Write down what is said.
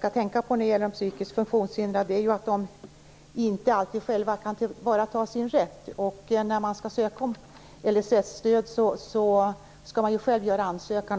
att tänka på när det gäller de psykiskt funktionshindrade, nämligen att de inte alltid själva kan tillvarata sin rätt. När man skall söka om LSS stöd skall man ju själv göra ansökan.